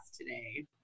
today